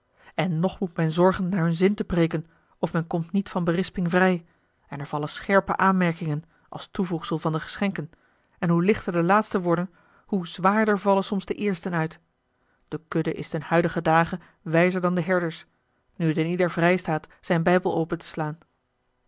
en nog moet men zorgen naar hun zin te preêken of men komt niet van berisping vrij en er vallen scherpe aanmerkingen als toevoegsel van de geschenken en hoe lichter de laatsten worden hoe zwaarder vallen soms de eersten uit de kudde is ten huidige dagen wijzer dan de herders nu t een ieder vrij staat zijn bijbel open te slaan